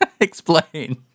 Explain